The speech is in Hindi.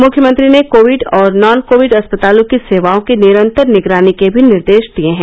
मुख्यमंत्री ने कोविड और नॉन कोविड अस्पतालों की सेवाओं की निरंतर निगरानी के भी निर्देश दिए हैं